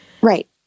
Right